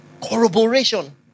Corroboration